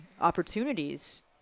opportunities